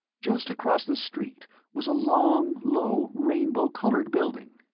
just across the street was a long, low, rainbow colored building.